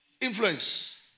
Influence